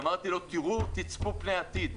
אמרתי להם: צפו פני עתיד.